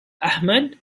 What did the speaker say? ahmad